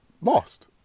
lost